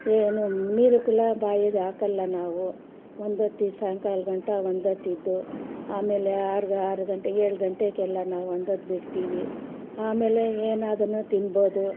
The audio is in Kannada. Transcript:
ಏನು ನೀರುಕುಲ್ಲ ಬಾಯಿಗೆ ಹಾಕಲ್ಲ ನಾವು ಒಂದೊತ್ತು ಸಾಯಂಕಾಲ ಗಂಟ ಒಂದೊತ್ತು ಇದ್ದು ಆಮೇಲೆ ಆರು ಆರು ಗಂಟೆಗೆ ಏಳು ಗಂಟೆಗೆಲ್ಲ ನಾವು ಒಂದೊತ್ತು ಬಿಡ್ತೀವಿ ಆಮೇಲೆ ಏನಾದ್ರೂ ತಿನ್ಬೋದು